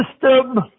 system